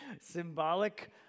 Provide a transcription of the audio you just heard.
Symbolic